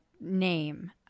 name